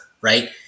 right